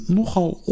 nogal